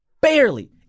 barely